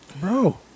Bro